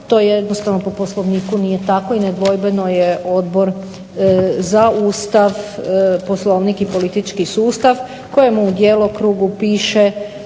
To jednostavno po Poslovniku nije tako i nedvojbeno je Odbor za Ustav, Poslovnik i politički sustav kojemu u djelokrugu piše,